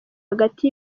hagati